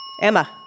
Emma